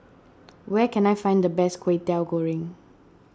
where can I find the best Kway Teow Goreng